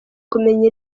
kumenya